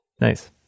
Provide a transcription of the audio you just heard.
Nice